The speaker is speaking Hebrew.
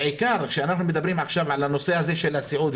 כשאנחנו מדברים עכשיו על הנושא הזה של הסיעוד,